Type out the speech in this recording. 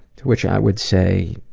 to which i would say,